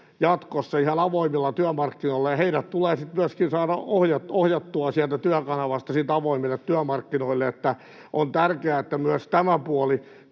jatkossa myös ihan avoimilla työmarkkinoilla, ja heidät tulee sitten myöskin saada ohjattua sieltä Työkanavasta avoimille työmarkkinoille. On tärkeää, että myös tämä puoli